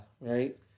right